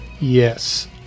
Yes